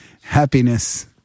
happiness